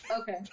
okay